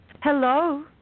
Hello